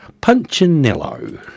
Punchinello